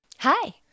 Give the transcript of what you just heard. Hi